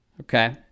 Okay